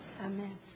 Amen